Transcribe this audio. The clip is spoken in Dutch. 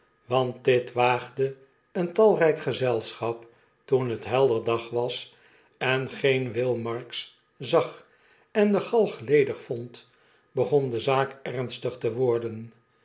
want dit waagde een talryk gezelschap toen hethelder dag was en geen will marks zag en de galg ledig vond begon de zaak ernstig te women